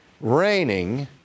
raining